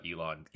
Elon